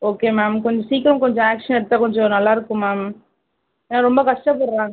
okay ma'am கொஞ்சம் சீக்கிரம் கொஞ்சம் ஆக்ஷன் எடுத்தால் கொஞ்சம் நல்லா இருக்கும் மேம் ஏன்னால் ரொம்ப கஷ்டப்படுறாங்க மேம்